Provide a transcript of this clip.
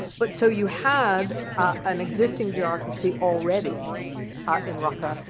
but so you had an existing bureaucracy already in raqqa.